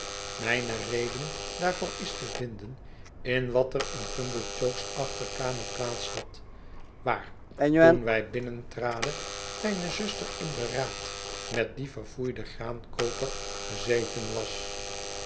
mijne reden daarvoor is te vinden in wat er in pumblechook's achterkamer plaats had waar toen wij binnentraden mijne zuster in beraad met dien verfoeiden graankooper gezeten was